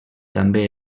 també